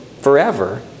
forever